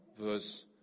verse